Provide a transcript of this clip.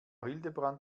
hildebrand